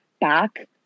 back